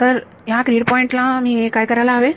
तर ह्या grid point ला मी काय करायला हवे